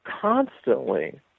constantly